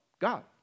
God